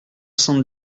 cent